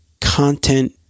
content